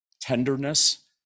tenderness